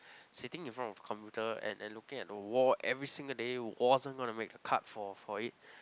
sitting in front of a computer and and looking at a wall every single day wasn't gonna make a cut for for it